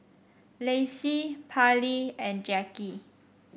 Lacy Parlee and Jackie